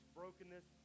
brokenness